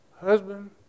Husband